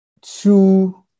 two